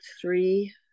Three